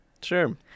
sure